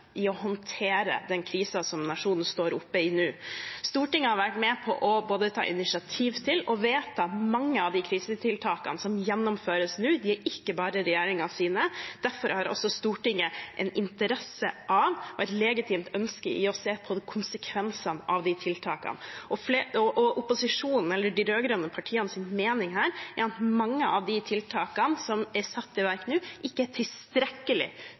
i å håndtere den krisen nasjonen står oppe i. Stortinget har vært med på å ta initiativ til og har vedtatt mange av de krisetiltakene som gjennomføres nå. De er ikke bare regjeringens. Derfor har også Stortinget interesse av og et legitimt ønske om å se på konsekvensene av de tiltakene. De rød-grønne partienes mening er at mange av de tiltakene som er satt i verk nå, ikke er